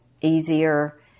easier